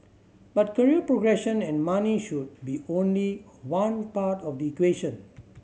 but career progression and money should be only one part of the equation